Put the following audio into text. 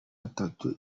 atatu